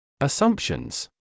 Assumptions